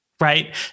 right